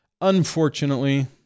unfortunately